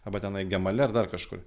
arba tenai gemale ar dar kažkur